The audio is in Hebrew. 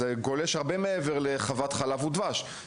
זה גולש הרבה מעבר לחוות ׳חלב ודבש׳.